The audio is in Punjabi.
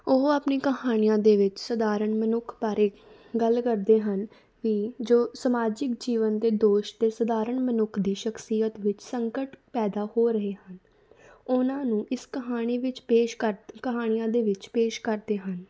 ਉਹ ਆਪਣੀ ਕਹਾਣੀਆਂ ਦੇ ਵਿੱਚ ਸਧਾਰਨ ਮਨੁੱਖ ਬਾਰੇ ਗੱਲ ਕਰਦੇ ਹਨ ਵੀ ਜੋ ਸਮਾਜਿਕ ਜੀਵਨ ਦੇ ਦੋਸ਼ ਦੇ ਸਧਾਰਨ ਮਨੁੱਖ ਦੀ ਸ਼ਖਸੀਅਤ ਵਿੱਚ ਸੰਕਟ ਪੈਦਾ ਹੋ ਰਹੇ ਹਨ ਉਹਨਾਂ ਨੂੰ ਇਸ ਕਹਾਣੀ ਵਿੱਚ ਪੇਸ਼ ਕਰਦ ਕਹਾਣੀਆਂ ਦੇ ਵਿੱਚ ਪੇਸ਼ ਕਰਦੇ ਹਨ